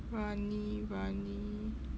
rani rani